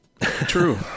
true